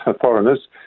foreigners